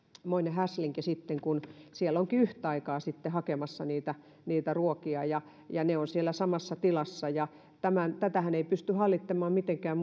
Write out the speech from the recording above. häslinki sitten kun siellä he ovatkin yhtä aikaa sitten hakemassa niitä niitä ruokia ja ja he ovat siellä samassa tilassa tätähän ei pysty hallitsemaan mitenkään